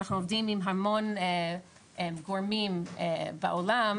אנחנו עובדים עם המון גורמים בעולם,